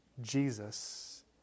Jesus